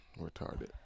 Retarded